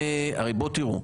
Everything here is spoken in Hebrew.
תראו,